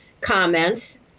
comments